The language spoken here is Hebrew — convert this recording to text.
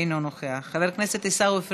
אינו נוכח, חבר הכנסת עיסאווי פריג'